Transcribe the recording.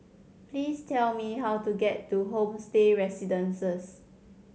please tell me how to get to Homestay Residences